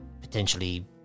Potentially